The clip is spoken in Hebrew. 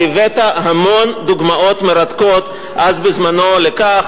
והבאת אז המון דוגמאות מרתקות לכך,